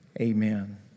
Amen